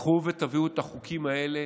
קחו ותביאו את החוקים האלה